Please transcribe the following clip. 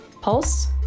Pulse